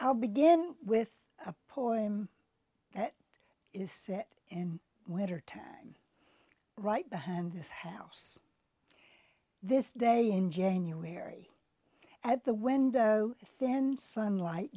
i'll begin with a poem that is set in winter time right behind this house this day in january at the window then sunlight